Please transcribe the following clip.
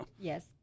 yes